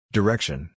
Direction